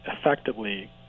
effectively